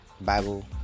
Bible